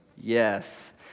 Yes